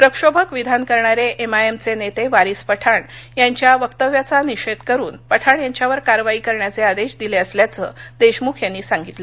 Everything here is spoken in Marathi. प्रक्षोभक विधान करणारे एम आय एम चे नेते वारीस पठाण यांच्या वक्तव्याचा निषेध करून पठाण यांच्यावर कारवाई करण्याचे आदेश दिले असल्याचं देशमुख यांनी सांगितलं